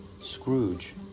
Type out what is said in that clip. Scrooge